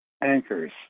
anchors